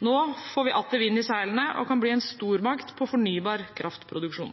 Nå får vi atter vind i seilene, og kan bli en stormakt på fornybar kraftproduksjon.